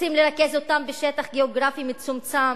רוצים לרכז אותם בשטח גיאוגרפי מצומצם,